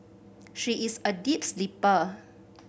she is a deep sleeper